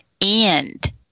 end